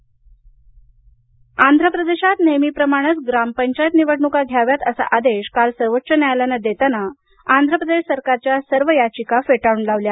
आंध्र प्रदेश पंचायत निवडणूक आंध्र प्रदेशात नेहमीप्रमाणंच ग्रामपंचायत निवडणुका घ्याव्यात असा आदेश काल सर्वोच्च न्यायालयानं देताना आंध्र प्रदेश सरकारच्या सर्व याचिका फेटाळून लावल्या